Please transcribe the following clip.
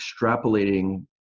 extrapolating